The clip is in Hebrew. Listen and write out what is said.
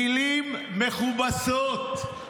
מילים מכובסות.